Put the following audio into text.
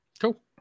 Cool